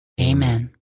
Amen